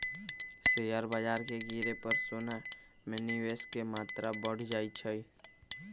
share बाजार के गिरे पर सोना में निवेश के मत्रा बढ़ जाइ छइ